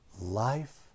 Life